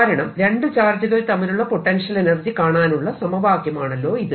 കാരണം രണ്ടു ചാർജുകൾ തമ്മിലുള്ള പൊട്ടൻഷ്യൽ എനർജി കാണാനുള്ള സമവാക്യമാണല്ലോ ഇത്